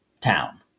town